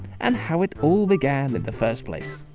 and how it all began in the first place.